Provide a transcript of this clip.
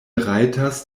rajtas